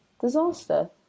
disaster